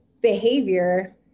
behavior